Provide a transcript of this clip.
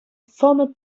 former